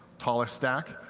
taller stack.